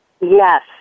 Yes